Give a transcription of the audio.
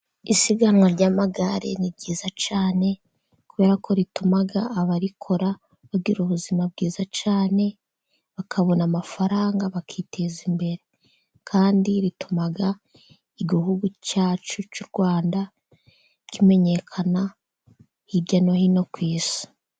Isiganwa ry'amagare ni ryiza cyane, kubera ko rituma abarikora bagira ubuzima bwiza cyane, bakabona amafaranga bakiteza imbere. Kandi rituma igihugu cyacu cy'u Rwanda kimenyekana hirya no hino ku isi.